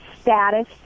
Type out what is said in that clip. status